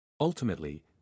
Ultimately